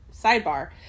sidebar